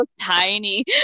tiny